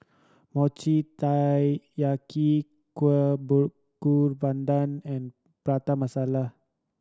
Mochi Taiyaki Kueh Bakar Pandan and Prata Masala